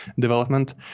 development